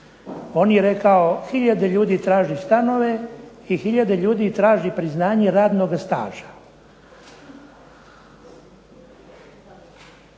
On je rekao hiljade ljudi traži stanove i hiljade ljudi traži priznanje radnoga staža.